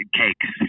cakes